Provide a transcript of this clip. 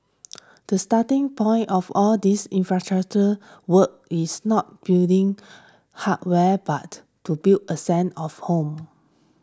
the starting point of all these infrastructure work is not building hardware but to build a same of home